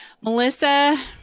Melissa